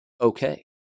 Okay